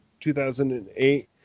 2008